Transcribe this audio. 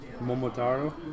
Momotaro